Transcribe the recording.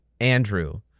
Andrew